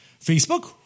facebook